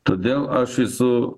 todėl aš esu